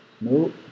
No